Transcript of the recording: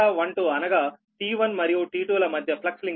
λ12 అనగా T1 మరియు T2 ల మధ్య ఫ్లక్స్లింకేజ్